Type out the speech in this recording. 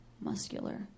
muscular